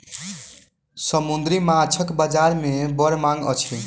समुद्री माँछक बजार में बड़ मांग अछि